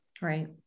Right